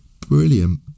brilliant